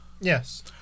Yes